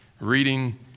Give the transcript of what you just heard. reading